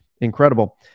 incredible